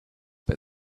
but